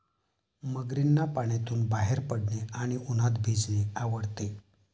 मगरींना पाण्यातून बाहेर पडणे आणि उन्हात भिजणे आवडते